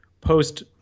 post